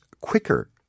quicker